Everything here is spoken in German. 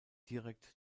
direkt